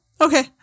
Okay